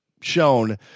shown